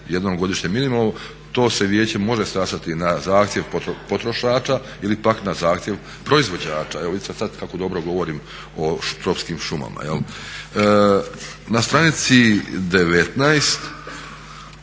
jednom godišnje minimalno, to se vijeće može sastati na zahtjev potrošača ili pak na zahtjev proizvođača. Evo vidite sad kako dobro govorim o tropskim šumama. Na stranici 19.,